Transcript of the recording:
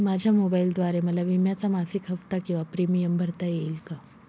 माझ्या मोबाईलद्वारे मला विम्याचा मासिक हफ्ता किंवा प्रीमियम भरता येईल का?